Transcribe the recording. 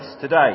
today